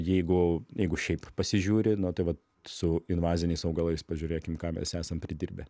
jeigu jeigu šiaip pasižiūri na tai vat su invaziniais augalais pažiūrėkim ką mes esam pridirbę